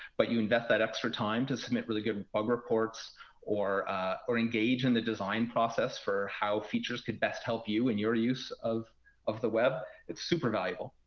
but you invest that time to submit really good bug reports or or engage in the design process for how features could best help you in your use of of the web, it's super-valuable.